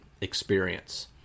experience